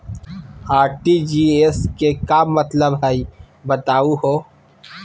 RTGS के का मतलब हई, बताहु हो?